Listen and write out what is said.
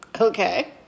Okay